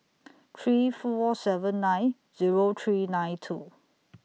three four seven nine Zero three nine two